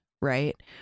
right